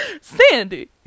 Sandy